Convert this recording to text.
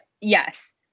yes